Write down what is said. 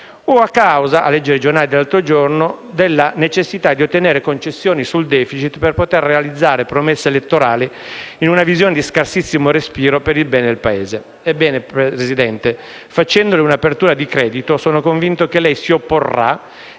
o a causa, a leggere i giornali dell'altro giorno, della necessità di ottenere concessioni sul *deficit* per poter realizzare promesse elettorali in una visione di scarsissimo respiro per il bene del Paese. Ebbene, Presidente, facendole un'apertura di credito, sono convinto che lei si opporrà